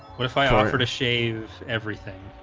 what if i offer to shave everything